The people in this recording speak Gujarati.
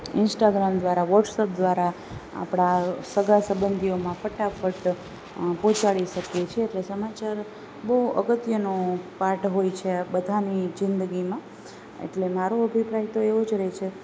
ઈન્સ્ટાગ્રામ દ્વારા વોટ્સએપ દ્વારા આપણા સગા સબંધીઓમાં ફટાફટ પહોંચાડી શકીએ છીએ એટલે સમાચાર બહુ અગત્યનો પાર્ટ હોય છે બધાની જિંદગીમાં એટલે મારો તો અભિપ્રાય તો એવો જ રહેશે કે